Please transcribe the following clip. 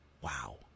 Wow